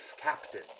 Captain